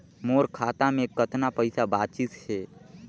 मोर खाता मे कतना पइसा बाचिस हे?